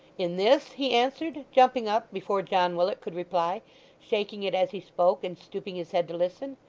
in this he answered, jumping up, before john willet could reply shaking it as he spoke, and stooping his head to listen.